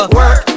work